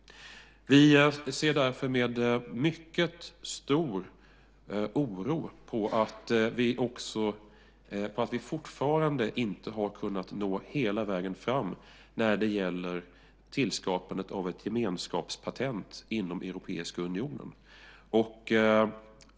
Vi ser därför med mycket stor oro på att vi fortfarande inte har kunnat nå hela vägen fram när det gäller tillskapandet av ett gemenskapspatent inom Europeiska unionen.